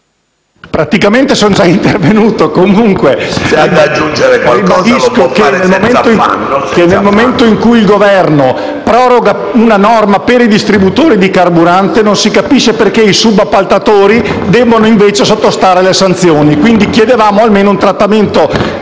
praticamente sono già intervenuto, comunque ribadisco che, nel momento in cui il Governo proroga una norma per i distributori di carburante, non si capisce per quale ragione i subappaltatori debbano invece sottostare alle sanzioni. Pertanto, chiediamo almeno un trattamento